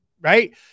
right